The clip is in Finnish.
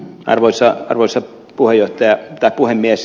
arvoisa puhemies